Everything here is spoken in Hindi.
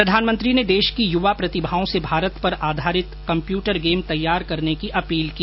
प्रधानमंत्री ने देश ँ की युवा प्रतिभाओं से भारत पर आधारित कम्प्यूटर गेम तैयार करने की अपील की